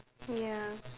ya